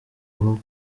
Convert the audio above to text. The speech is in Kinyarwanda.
aho